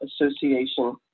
Association